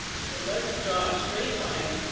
so let's draw a straight line